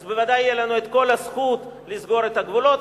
אז בוודאי תהיה לנו כל הזכות לסגור את הגבולות,